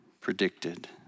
predicted